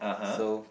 so